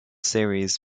series